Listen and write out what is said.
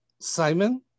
Simon